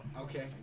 Okay